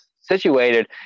situated